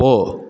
போ